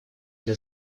для